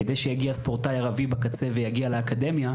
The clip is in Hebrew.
כדי שיגיע ספורטאי ערבי בקצה ויגיע לאקדמיה,